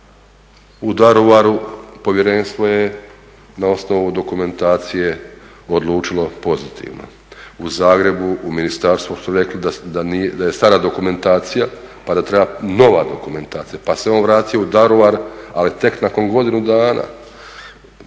U Daruvaru povjerenstvo je na osnovu dokumentacije odlučilo pozitivno. U Zagrebu u ministarstvu su rekli da je stara dokumentacija pa da treba nova dokumentacija. Pa se on vratio u Daruvar ali tek nakon godinu dana